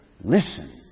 Listen